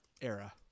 era